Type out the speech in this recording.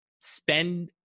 spend